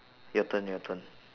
your turn your turn